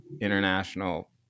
international